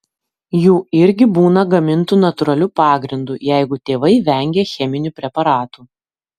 jų irgi būna gamintų natūraliu pagrindu jeigu tėvai vengia cheminių preparatų